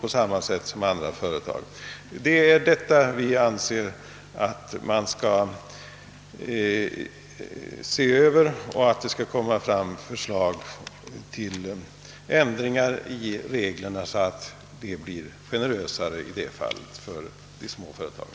Vi anser att bestämmelserna bör ses över och att det bör läggas fram förslag till generösare regler för de små företagen.